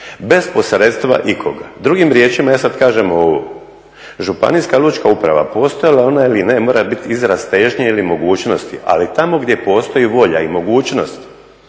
bez posredstva ikoga. Drugim riječima ja samo kažem ovo, županijska lučka uprava postojala ona ili ne mora biti izraz težnje ili mogućnosti ali tamo gdje postoji volja i mogućnost